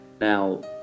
Now